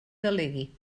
delegui